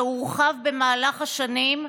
שהורחב במהלך השנים,